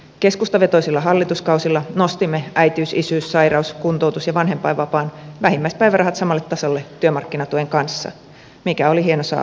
keskustavetoisilla hallituskausilla nostimme äitiys isyys sairaus kuntoutus ja vanhempainvapaan vähimmäispäivärahat samalle tasolle työmarkkinatuen kanssa mikä oli hieno saavutus